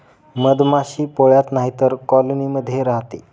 मधमाशी पोळ्यात नाहीतर कॉलोनी मध्ये राहते